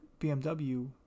BMW